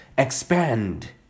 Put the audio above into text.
Expand